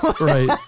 right